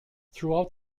throughout